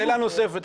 שאלה נוספת,